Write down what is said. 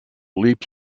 leaps